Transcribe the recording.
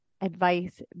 advice